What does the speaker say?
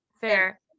Fair